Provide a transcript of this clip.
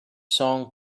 song